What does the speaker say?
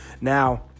Now